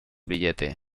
billete